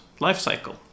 lifecycle